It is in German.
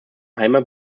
heimat